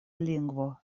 lingvo